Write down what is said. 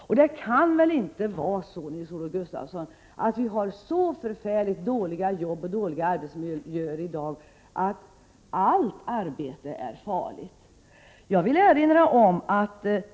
Det kan väl ändå inte vara så, Nils-Olof Gustafsson, att vi i dag har så förfärligt dåliga arbetsuppgifter och dåliga arbetsmiljöer att allt arbete är farligt.